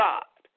God